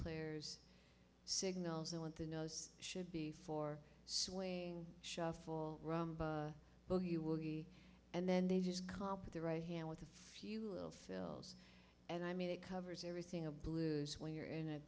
player's signals they want the nose should be for swing shuffle well you will be and then they just copy the right hand with a few little fills and i mean it covers everything a blues when you're in a